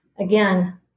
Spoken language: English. Again